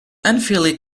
unfairly